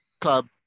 club